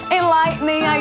enlightening